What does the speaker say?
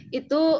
itu